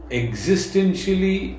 existentially